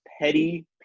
petty